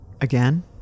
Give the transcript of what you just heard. again